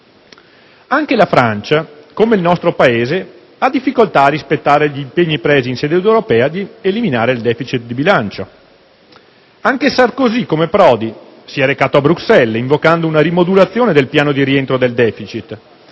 Anche la Francia, come il nostro Paese, ha difficoltà a rispettare gli impegni presi in sede europea di eliminare il *deficit* di bilancio: anche Sarkozy, come Prodi, si è recato a Bruxelles invocando una rimodulazione del piano di rientro del *deficit*,